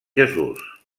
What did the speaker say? jesús